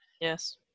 yes